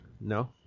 No